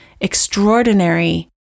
extraordinary